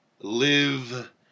live